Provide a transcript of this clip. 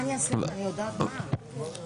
שתיקרא "הוועדה המיוחדת לצמצום פערים